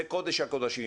זה קודש הקודשים.